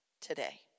today